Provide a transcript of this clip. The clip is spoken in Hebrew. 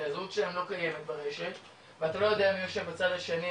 כי הזהות שלהם לא קיימת ברשת ואתה לא יודע מי יושב בצד השני,